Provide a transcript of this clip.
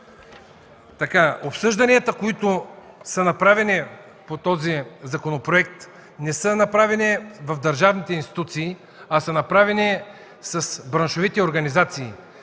Обсъжданията, които са направени по този законопроект, не са направени в държавните институции, а с браншовите организации.